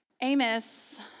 Amos